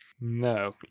No